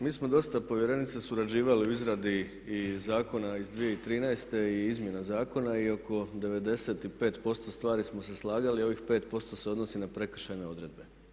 Mi smo dosta povjerenice surađivali u izradi zakona iz 2013. i izmjena zakona i oko 95% stvari smo se slagali, ovih 5% se odnosi na prekršajne odredbe.